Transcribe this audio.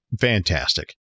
Fantastic